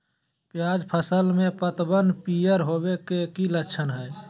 प्याज फसल में पतबन पियर होवे के की लक्षण हय?